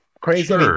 crazy